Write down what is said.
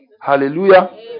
Hallelujah